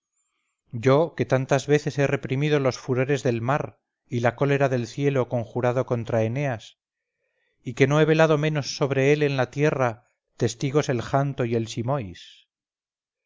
yo que tantas veces he reprimido los furores del mar y la cólera del cielo conjurado contra eneas y que no he velado menos sobre él en la tierra testigos el janto y el simois